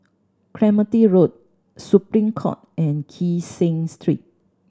Clementi Road Supreme Court and Kee Seng Street